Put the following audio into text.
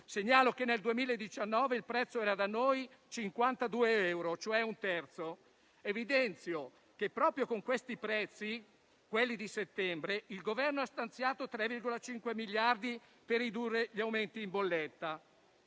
Segnalo che nel 2019 il prezzo era da noi 52 euro, cioè un terzo. Evidenzio che proprio con i prezzi di settembre il Governo ha stanziato 3,5 miliardi per ridurre gli aumenti in bolletta.